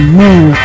move